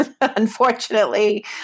unfortunately